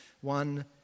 one